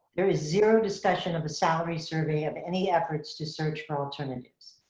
there is zero discussion of a salary survey of any efforts to search for alternatives.